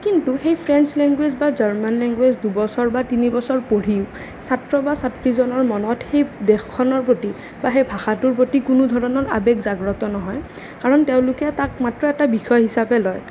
কিন্তু সেই French language বা জাৰ্মান লেংগুৱেজ দুবছৰ বা তিনিবছৰ পঢ়ি ছাত্ৰ বা ছাত্ৰীজনৰ মনত সেই দেশখনৰ প্ৰতি বা সেই ভাষাটোৰ প্ৰতি কোনো ধৰণৰ আৱেগ জাগ্ৰত নহয় কাৰণ তেওঁলোকে তাক মাত্ৰ এটা বিষয় হিচাপেহে লয়